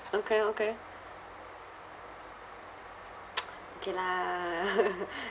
okay okay okay lah